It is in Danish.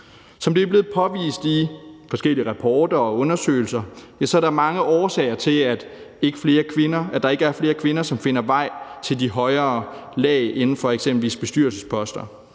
Som det er blevet påvist i forskellige rapporter og undersøgelser, er der mange årsager til, at der ikke er flere kvinder, som finder vej til de højere lag inden for eksempelvis bestyrelsesposter.